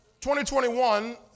2021